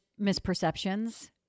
misperceptions